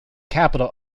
capital